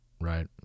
Right